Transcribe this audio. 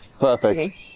Perfect